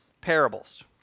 parables